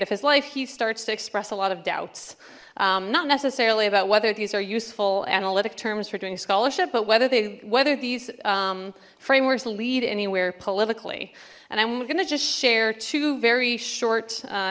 of his life he starts to express a lot of doubts not necessarily about whether these are useful analytic terms for doing scholarship but whether they whether these frameworks lead anywhere politically and i'm gonna just share two very short